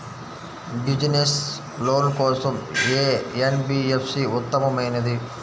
Business loan కోసం ఏ NBFC ఉత్తమమైనది?